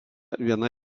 viena